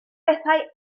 bethau